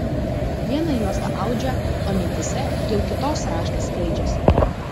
vieną juostą audžia o mintyse jau kitos raštas skleidžiasi